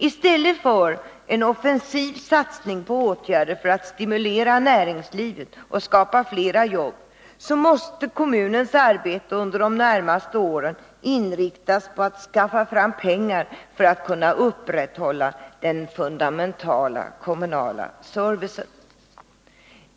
I stället för en offensiv satsning på åtgärder för att stimulera näringslivet och skapa flera jobb måste kommunens arbete under de närmaste åren inriktas på att skaffa fram pengar för att kunna upprätthålla den fundamentala kommunala servicen.